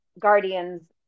guardians